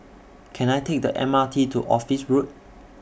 Can I Take The M R T to Office Road